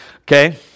Okay